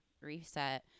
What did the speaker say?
reset